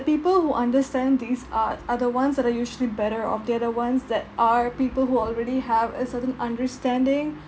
people who understand these arts are the ones that are usually better off they are the ones that are people who already have a certain understanding